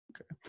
okay